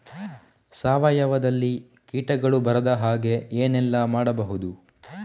ಸಾವಯವದಲ್ಲಿ ಕೀಟಗಳು ಬರದ ಹಾಗೆ ಏನೆಲ್ಲ ಮಾಡಬಹುದು?